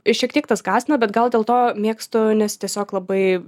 ir šiek tiek tas gąsdina bet gal dėl to mėgstu nes tiesiog labai